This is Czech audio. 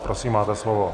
Prosím, máte slovo.